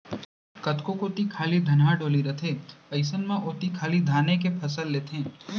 कतको कोती खाली धनहा डोली रथे अइसन म ओती खाली धाने के फसल लेथें